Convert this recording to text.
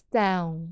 down